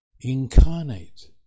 incarnate